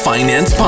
Finance